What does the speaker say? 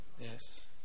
Yes